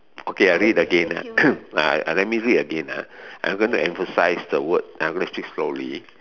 okay I read again ah uh let me read again ah I'm gonna emphasize the word speak slowly